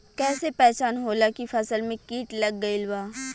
कैसे पहचान होला की फसल में कीट लग गईल बा?